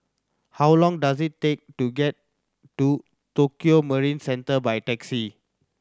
how long does it take to get to Tokio Marine Centre by taxi